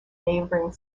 neighbouring